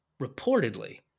reportedly